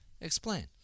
Explain